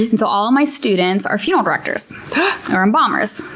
and so all my students are funeral directors or embalmers.